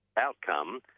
outcome